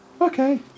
okay